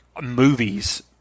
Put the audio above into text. movies